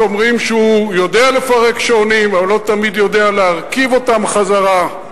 שאומרים שהוא יודע לפרק שעונים אבל לא תמיד יודע להרכיב אותם חזרה.